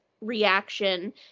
reaction